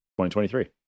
2023